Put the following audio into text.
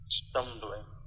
stumbling